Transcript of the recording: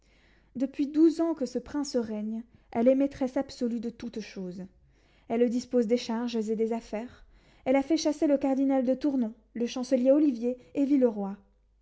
depuis douze ans que ce prince règne elle est maîtresse absolue de toutes choses elle dispose des charges et des affaires elle a fait chasser le cardinal de tournon le chancelier ollivier et villeroy